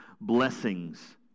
blessings